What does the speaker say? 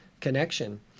connection